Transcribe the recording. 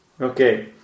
okay